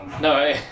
no